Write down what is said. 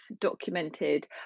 documented